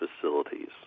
facilities